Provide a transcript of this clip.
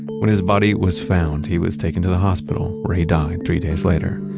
when his body was found he was taken to the hospital where he died three days later.